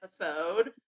episode